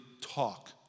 talk